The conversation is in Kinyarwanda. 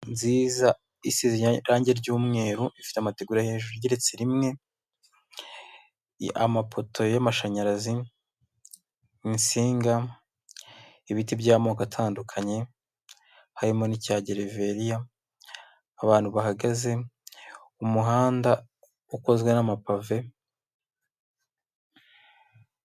Nziza isize irangi ry'umweru, ifite amategura hejuru igeretse rimwe, amapoto y'amashanyarazi, insinga, ibiti by'amoko atandukanye harimo n'icyagereveriya, abantu bahagaze mu muhanda ukozwe n'amapave...